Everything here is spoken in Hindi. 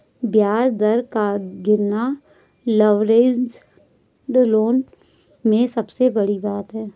ब्याज दर का गिरना लवरेज्ड लोन में सबसे बड़ी बात है